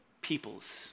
Peoples